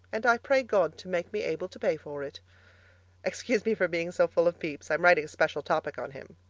and i pray god to make me able to pay for it excuse me for being so full of pepys i'm writing a special topic on him.